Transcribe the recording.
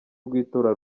rw’itora